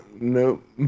nope